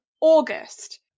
august